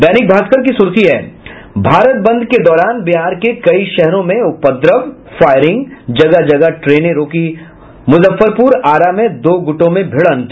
दैनिक भास्कर की सुर्खी है भारत बंद के दौरान बिहार के कई शहरों में उपद्रव फायरिंग जगह जगह ट्रेने रोकी मुजफ्फरपुर आरा में दो गुटों में भिड़ंत